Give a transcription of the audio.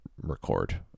record